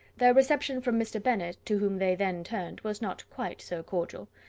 their reception from mr. bennet, to whom they then turned, was not quite so cordial.